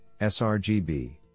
sRGB